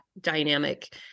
dynamic